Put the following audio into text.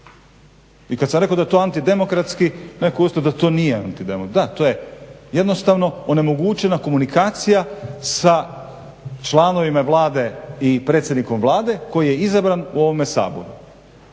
I kad sam rekao da je to antidemokratski netko je ustao da to nije antidemokratski. Da, to je jednostavno onemogućena komunikacija sa članovima Vlade i predsjednikom Vlade koji je izabran u ovome Saboru.